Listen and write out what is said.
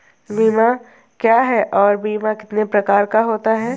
बीमा क्या है और बीमा कितने प्रकार का होता है?